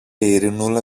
ειρηνούλα